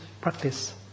practice